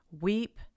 Weep